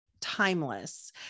timeless